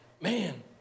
man